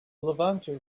levanter